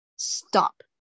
stop